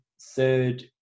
third